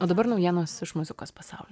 o dabar naujienos iš muzikos pasaulio